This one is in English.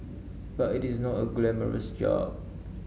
but it is not a glamorous job